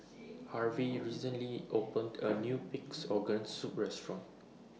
Harvey recently opened A New Pig'S Organ Soup Restaurant